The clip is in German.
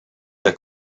der